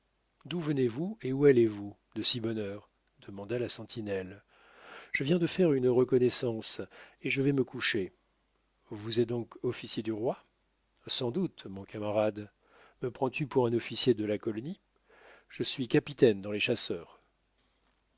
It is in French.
d'où venez-vous et où allez-vous de si bonne heure demanda la sentinelle je viens de faire une reconnaissance et je vais me coucher vous êtes donc officier du roi sans doute mon camarade me prends-tu pour un officier de la colonie je suis capitaine dans les chasseurs